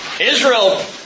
Israel